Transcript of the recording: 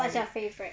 what's your favourite